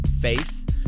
Faith